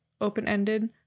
open-ended